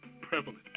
prevalent